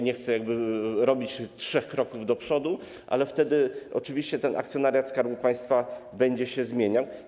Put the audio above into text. Nie chcę robić trzech kroków do przodu, ale wtedy oczywiście ten akcjonariat Skarbu Państwa będzie się zmieniał.